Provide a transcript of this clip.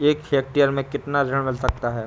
एक हेक्टेयर में कितना ऋण मिल सकता है?